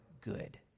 good